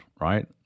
right